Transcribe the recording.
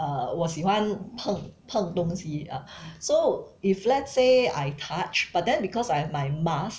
uh 我喜欢碰碰东西 ah so if let's say I touch but then because I have my mask